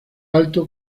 alto